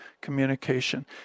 communication